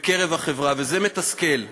בקרב החברה, וזה מתסכל.